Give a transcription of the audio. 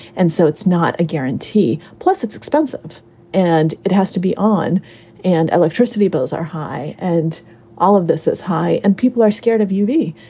and so it's not a guarantee. plus it's expensive and it has to be on and electricity bills are high and all of this is high and people are scared of you.